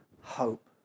hope